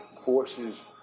forces